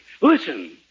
Listen